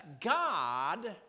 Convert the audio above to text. God